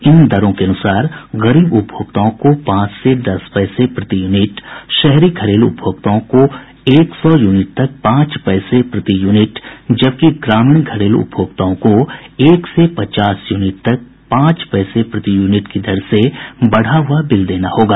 इन दरों के अनुसार गरीब उपभोक्ताओं को पांच से दस पैसे प्रति यूनिट शहरी घरेलू उपभोक्ताओं को एक सौ यूनिट तक पांच पैसे प्रति यूनिट जबकि ग्रामीण घरेलू उपभोक्ताओं को एक से पचास यूनिट तक पांच पैसे प्रति यूनिट की दर से बढ़ा हुआ बिल देना होगा